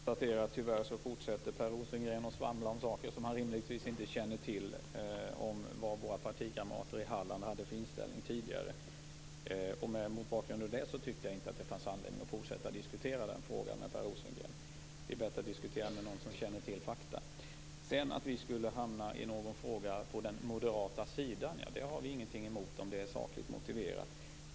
Herr talman! Jag konstaterar att Per Rosengren tyvärr fortsätter att svamla om sådant som han rimligtvis inte känner till; vad våra partikamrater i Halland hade för inställning tidigare. Mot bakgrund av det tyckte jag inte att det fanns anledning att fortsätta att diskutera frågan med Per Rosengren. Det är bättre att diskutera med någon som känner till fakta. Att vi i någon fråga skulle hamna på det moderata sidan har vi inget emot om det är sakligt motiverat.